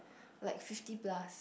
like fifty plus